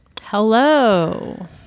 Hello